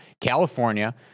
California